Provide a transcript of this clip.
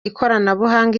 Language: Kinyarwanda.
ikoranabuhanga